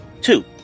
Two